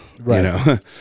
Right